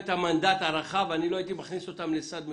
המנדט הרחב ואני לא הייתי מכניס אותם לסד מצומצם.